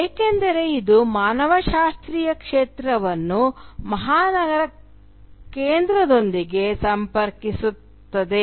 ಏಕೆಂದರೆ ಇದು ಮಾನವಶಾಸ್ತ್ರೀಯ ಕ್ಷೇತ್ರವನ್ನು ಮಹಾನಗರ ಕೇಂದ್ರದೊಂದಿಗೆ ಸಂಪರ್ಕಿಸುತ್ತದೆ